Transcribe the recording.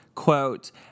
quote